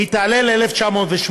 היא תעלה ל-1,908.